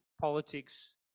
politics